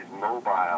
mobile